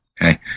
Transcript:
Okay